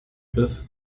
griff